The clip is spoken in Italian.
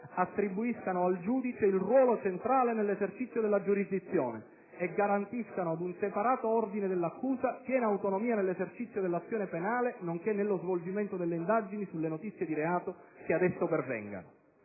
attribuiscano al giudice il ruolo centrale nell'esercizio della giurisdizione e garantiscano ad un separato ordine dell'accusa piena autonomia nell'esercizio dell'azione penale nonché nello svolgimento delle indagini sulle notizie di reato che ad esso pervengano.